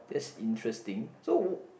that's interesting so